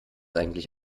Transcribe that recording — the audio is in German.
eigentlich